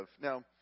Now